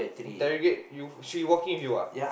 interrogate you she working with you ah